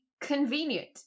convenient